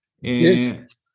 Yes